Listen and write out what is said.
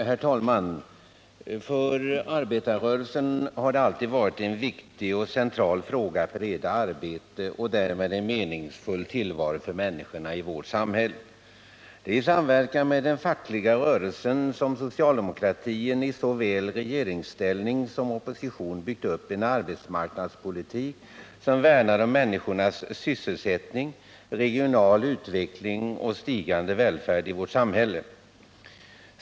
Herr talman! För arbetarrörelsen har det alltid varit en viktig och central fråga att bereda arbete och därmed en meningsfull tillvaro för människorna i vårt samhälle. I samverkan med den fackliga rörelsen har socialdemokratin i såväl regeringsställning som opposition byggt upp en arbetsmarknadspolitik som värnar om människornas sysselsättning, regional utveckling och stigande välfärd i vårt samhälle.